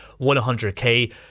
100k